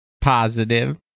positive